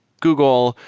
google.